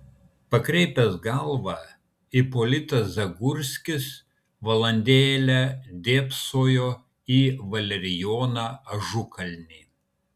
pakreipęs galvą ipolitas zagurskis valandėlę dėbsojo į valerijoną ažukalnį